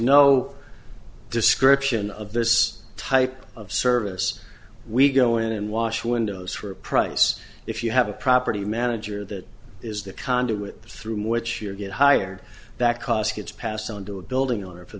no description of this type of service we go in and wash windows for a price if you have a property manager that is the conduit through which you get hired that cost gets passed on to a building owner of a